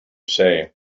say